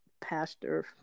pastor